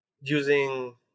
using